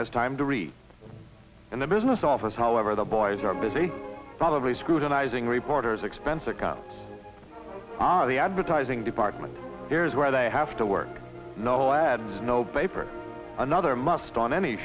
has time to read and the business office however the boys are busy probably scrutinizing reporters expense account on the advertising department here's where they have to work no ads no buy for another must on any